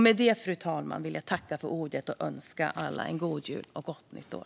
Med detta, fru talman, vill jag önska alla en god jul och ett gott nytt år.